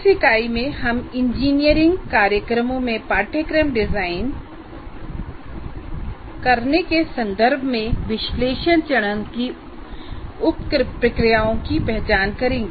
इस इकाई में हम इंजीनियरिंग कार्यक्रमों में पाठ्यक्रम डिजाइन करने के संदर्भ में विश्लेषण चरण की उप प्रक्रियाओं की पहचान करेंगे